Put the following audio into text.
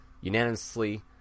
unanimously